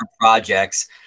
projects